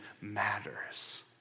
matters